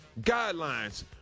guidelines